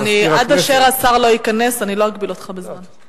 עד אשר השר לא ייכנס לא אגביל אותך בזמן.